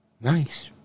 Nice